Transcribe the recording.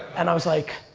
and i was like,